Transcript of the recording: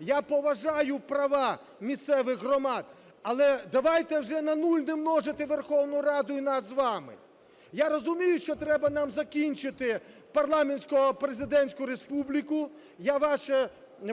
Я поважаю права місцевих громад. Але давайте вже на нуль не множити Верховну Раду і нас з вами. Я розумію, що треба нам закінчити парламентсько-президентську республіку, я ваше